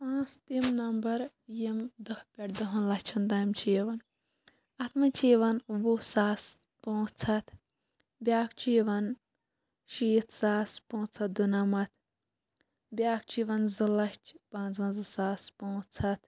پانٛژھ تِم نَمبر یِم دہ پٮ۪ٹھ دہَن لَچھن تام چھِ یِوان اَتھ منٛز چھُ یِوان وُہ ساس پانٛژھ ہَتھ بیاکھ چھُ یِوان شیٖتھ ساس پانژھ ہَتھ دُنَمَتھ بیاکھ چھُ یِوان زٕ لَچھ پانژھ وَنزہ ساس پانٛژھ ہَتھ